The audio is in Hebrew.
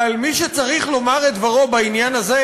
אבל מי שצריך לומר את דברו בעניין הזה,